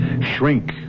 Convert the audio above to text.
shrink